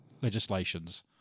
legislations